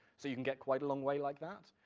so you can get quite a long way like that.